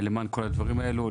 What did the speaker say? למען כל הדברים האלו.